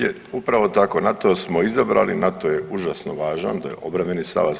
Je, upravo tako, NATO smo izabrali, NATO je užasno važan to je obrambeni savezi.